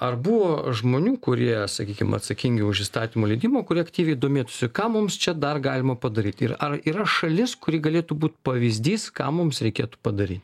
ar buvo žmonių kurie sakykim atsakingi už įstatymų leidimą kurie aktyviai domėtųsi ką mums čia dar galima padaryti ir ar yra šalis kuri galėtų būt pavyzdys ką mums reikėtų padaryt